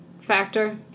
factor